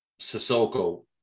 Sissoko